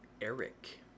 Eric